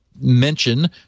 mention